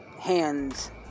hands